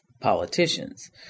politicians